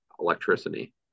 electricity